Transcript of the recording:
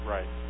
Right